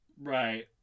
Right